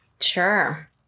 Sure